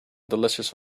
delicious